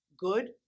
good